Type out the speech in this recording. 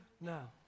No